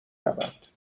رود